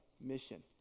mission